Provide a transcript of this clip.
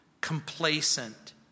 complacent